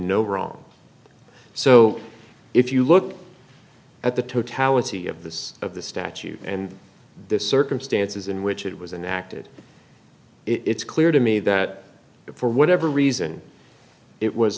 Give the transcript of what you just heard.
no wrong so if you look at the totality of this of the statute and the circumstances in which it was enacted it's clear to me that for whatever reason it was